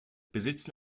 besitzen